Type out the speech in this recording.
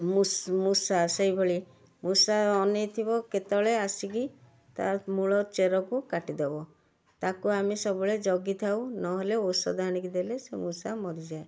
ମୂଷା ସେଇଭଳି ମୂଷା ଅନେଇଥିବ କେତବଳେ ଆସିକି ତା ମୂଳ ଚେରକୁ କାଟିଦେବ ତାକୁ ଆମେ ସବୁବେଳେ ଜଗିଥାଉ ନହେଲେ ଔଷଧ ଆଣିକି ଦେଲେ ସେ ମୂଷା ମରିଯାଏ